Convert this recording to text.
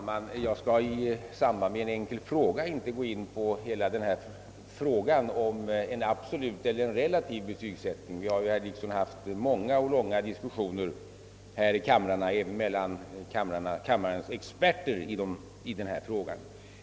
Herr talman! Jag skall i samband med en enkel fråga inte gå in på hela detta problem om en absolut eller en relativ betygsättning. Vi har, herr Dickson, haft många och långa diskussioner om den saken här i kamrarna, även mellan kamrarnas experter.